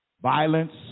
Violence